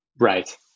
Right